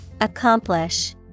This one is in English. Accomplish